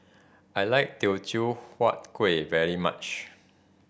I like Teochew Huat Kuih very much